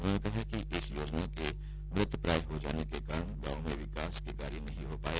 उन्होंने कहा कि इस योजना के मृतप्रायः हो जाने के कारण गांवों में विकास के कार्य नहीं हो पाए